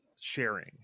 sharing